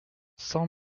cent